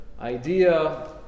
idea